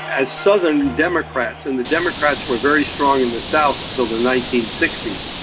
as southern democrats, and the democrats were very strong in the south until the nineteen sixty s,